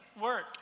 work